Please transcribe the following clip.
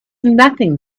nothing